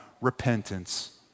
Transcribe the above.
repentance